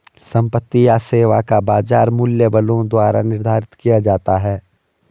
संपत्ति या सेवा का बाजार मूल्य बलों द्वारा निर्धारित किया जाता है